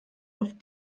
auf